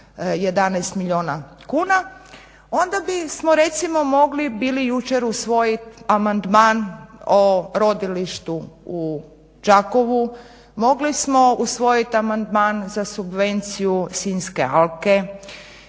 11 milijuna kuna, onda bismo recimo mogli bili jučer usvojiti amandman o rodilištu u Đakovu, mogli smo usvojiti amandman za subvenciju Sinjske alke,